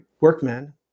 workmen